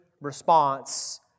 response